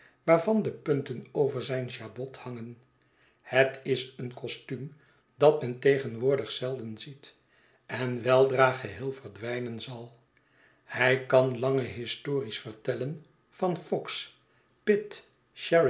waarvan de punten over zijn jabot hangen het is een costuurn dat men tegenwoordig zelden ziet en weldra geheel verdwijnen zal hij kan lange histories vertellen van fox pitt